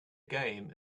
game